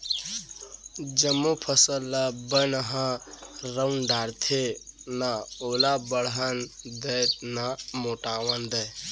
जमो फसल ल बन ह रउंद डारथे, न ओला बाढ़न दय न मोटावन दय